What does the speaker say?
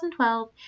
2012